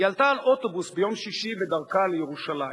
היא עלתה על אוטובוס ביום שישי בדרכה לירושלים.